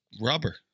rubber